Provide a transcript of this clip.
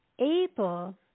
able